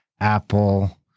Apple